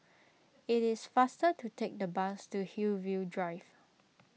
it is faster to take the bus to Hillview Drive